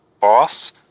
boss